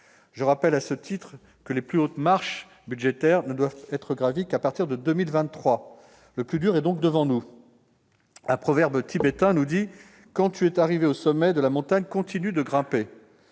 Je rappelle à ce titre que les plus hautes « marches » budgétaires ne doivent être gravies qu'à partir de 2023. Le plus dur est donc devant nous ! Un proverbe tibétain dit :« Quand tu es arrivé au sommet de la montagne, continue de grimper !